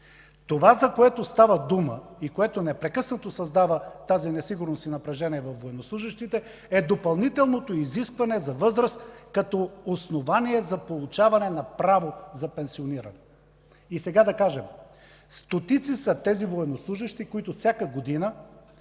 Това, за което става дума и непрекъснато създава тази несигурност и напрежение във военнослужещите, е допълнителното изискване за възраст като основание за получаване на право за пенсиониране. Стотици са тези военнослужещи, които всяка година